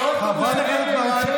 חברי הכנסת,